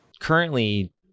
Currently